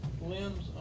limbs